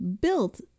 built